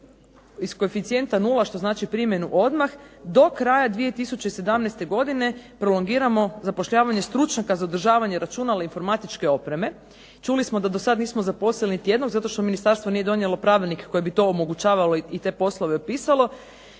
iz koeficijenta nula što znači primjenu odmah do kraja 2017. godine prolongiramo zapošljavanje stručnjaka za održavanje računala i informatičke opreme. Čuli smo da dosada nismo zaposliti niti jednog zato što Ministarstvo nije donijelo Pravilnik koji bi to omogućavao i te poslove upisao.